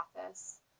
office